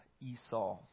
Esau